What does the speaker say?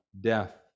death